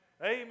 Amen